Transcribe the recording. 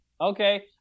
Okay